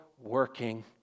working